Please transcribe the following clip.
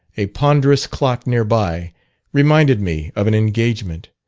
a ponderous clock near by reminded me of an engagement,